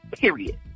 period